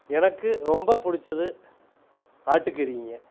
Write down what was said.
எனக்கு ரொம்ப பிடிச்சது ஆட்டுக்கறிங்க